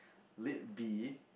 lit B